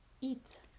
Eat